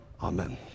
Amen